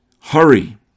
Hurry